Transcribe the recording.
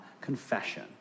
confession